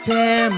Tear